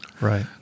right